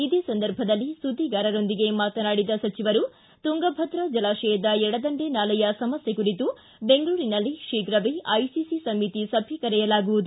ಇದೇ ಸಂದರ್ಭದಲ್ಲಿ ಸುದ್ದಿಗಾರರೊಂದಿಗೆ ಮಾತನಾಡಿದ ಸಚಿವರು ತುಂಗಭದ್ರಾ ಜಲಾಶಯದ ಎಡದಂಡೆ ನಾಲೆಯ ಸಮಸ್ತ ಕುರಿತು ಬೆಂಗಳೂರಿನಲ್ಲಿ ಶೀಘವೇ ಐಸಿಸಿ ಸಮಿತಿ ಸಭೆ ಕರೆಯಲಾಗುವುದು